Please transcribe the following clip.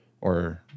or-